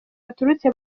baturutse